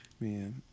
Man